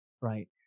right